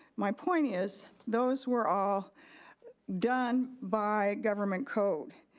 my point is, those were all done by government code,